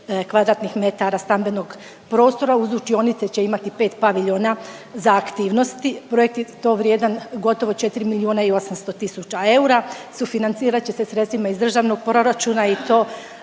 i pol tisuće m2 stambenog prostora, uz učionice će imati 5 paviljona za aktivnosti. Projekt je to vrijedan gotovo 4 milijuna i 800 tisuća eura, sufinancirat će se sredstvima iz državnog proračuna i to